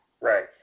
right